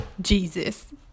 Jesus